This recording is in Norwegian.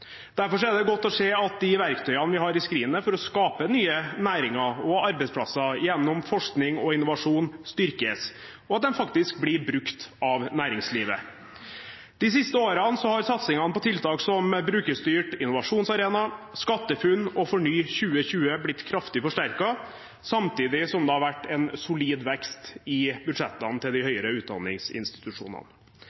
Derfor er det godt å se at de verktøyene vi har i skrinet for å skape nye næringer og arbeidsplasser gjennom forskning og innovasjon, styrkes – og at de faktisk blir brukt av næringslivet. De siste årene har satsing på tiltak som Brukerstyrt innovasjonsarena, SkatteFUNN og FORNY2020 blitt kraftig forsterket samtidig som det har vært en solid vekst i budsjettene til de høyere utdanningsinstitusjonene.